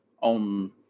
on